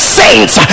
saints